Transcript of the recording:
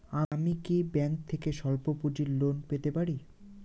আমি কি ব্যাংক থেকে স্বল্প পুঁজির লোন পেতে পারি?